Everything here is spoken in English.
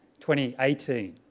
2018